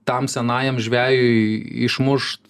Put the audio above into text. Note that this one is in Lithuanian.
tam senajam žvejui išmušt